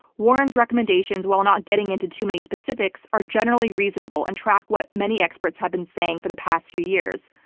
warren's recommendations, while not getting into too many specifics, are generally reasonable and track what many experts have been saying for the past few years.